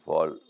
Fall